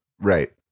Right